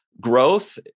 growth